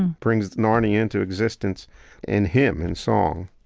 brings narnia into existence in hymn, in song.